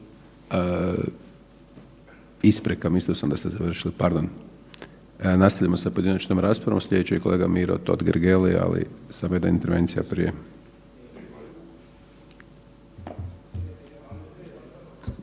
isprika mislio sam da ste završili, pardon. Nastavljamo sa pojedinačnom raspravom, sljedeći je kolega Miro Totgergeli, ali samo jedna intervencija prije.